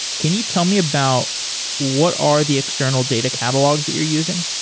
can you tell me about what are the external data catalogs that you're using?